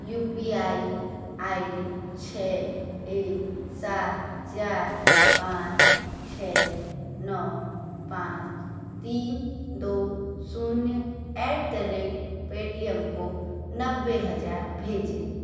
you P I I D छः एक सात चार पाँच छः नौ पाँच तीन दो शून्य ऐट द रेट पेटीएम को नब्बे हज़ार भेजें